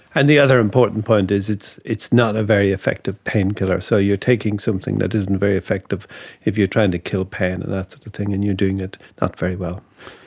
and the other important point is it's it's not a very effective painkiller. so you're taking something that isn't very effective if you're trying to kill pain and that sort of thing and you're doing it not very well.